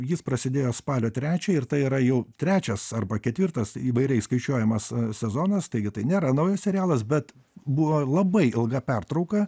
jis prasidėjo spalio trečiąją ir tai yra jau trečias arba ketvirtas įvairiai skaičiuojamas sezonas taigi tai nėra naujas serialas bet buvo labai ilga pertrauka